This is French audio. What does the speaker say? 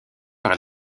par